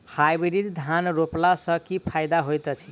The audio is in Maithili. हाइब्रिड धान रोपला सँ की फायदा होइत अछि?